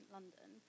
London